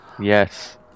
yes